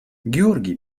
георгий